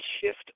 shift